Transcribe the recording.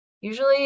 usually